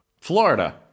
Florida